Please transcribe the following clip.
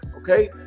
okay